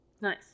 Nice